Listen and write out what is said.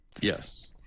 Yes